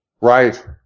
Right